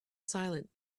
silent